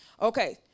Okay